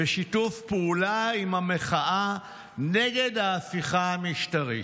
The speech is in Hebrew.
בשיתוף פעולה עם המחאה נגד ההפיכה המשטרית.